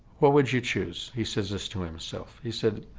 what would you choose? he says this to himself he said